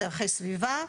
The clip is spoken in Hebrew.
זה ערכי סביבה,